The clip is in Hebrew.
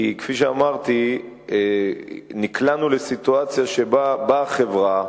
כי, כפי שאמרתי, נקלענו לסיטואציה שבה באה חברה,